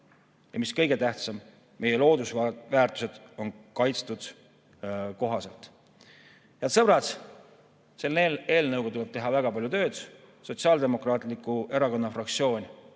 Ja mis kõige tähtsam: et meie loodusväärtused on hästi kaitstud. Head sõbrad, selle eelnõuga tuleb teha väga palju tööd. Sotsiaaldemokraatliku Erakonna fraktsioon